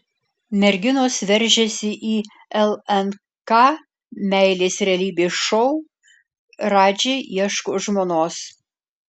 merginos veržiasi į lnk meilės realybės šou radži ieško žmonos